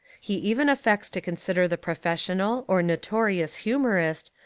he even affects to consider the professional, or notorious hu morist,